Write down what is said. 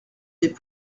des